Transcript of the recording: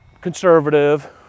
conservative